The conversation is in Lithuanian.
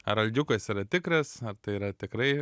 ar algiukas yra tikras ar tai yra tikrai